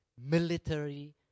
military